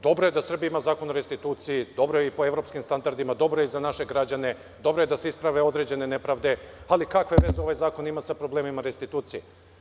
Dobro je da Srbija ima Zakon o restituciji, dobro je i po evropskim standardima, dobro je i za naše građane, dobro je da se isprave određene nepravde, ali kakve veze ovaj zakon ima sa problemima restitucije?